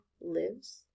lives